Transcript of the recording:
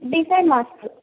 design मास्तु